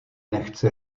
nechce